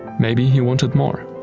maybe he wanted more.